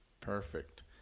Perfect